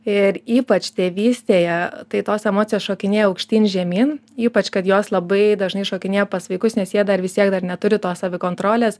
ir ypač tėvystėje tai tos emocijos šokinėja aukštyn žemyn ypač kad jos labai dažnai šokinėja pas vaikus nes jie dar vis tiek dar neturi to savikontrolės